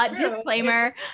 Disclaimer